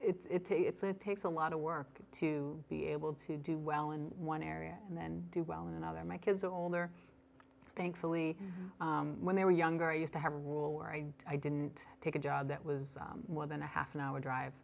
a it's a it takes a lot of work to be able to do well in one area and then do well in another my kids are older thankfully when they were younger i used to have a rule where i i didn't take a job that was more than a half an hour drive